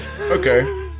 Okay